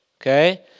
Okay